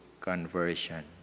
conversion